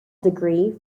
degree